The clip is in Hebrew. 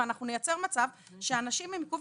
אנחנו נייצר מצב שאנשים עם עיכוב